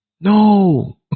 No